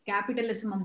Capitalism